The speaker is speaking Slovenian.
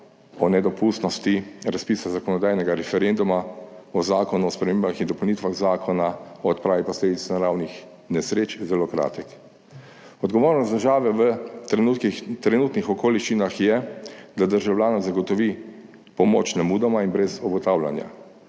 o nedopustnosti razpisa zakonodajnega referenduma o Zakonu o spremembah in dopolnitvah Zakona o odpravi posledic naravnih nesreč zelo kratek. Odgovornost države v trenutnih okoliščinah je, da državljanom zagotovi pomoč nemudoma in brez obotavljanja,